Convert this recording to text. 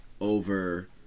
over